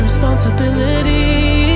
Responsibility